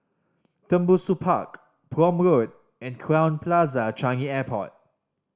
Tembusu Park Prome Road and Crowne Plaza Changi Airport